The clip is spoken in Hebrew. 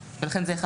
לכן זה (1)